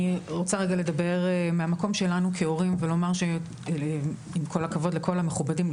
אני רוצה לדבר מהמקום שלנו כהורים ולומר שעם כל הכבוד לכל המכובדים,